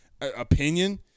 opinion